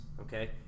okay